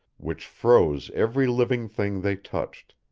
which froze every living thing they touched.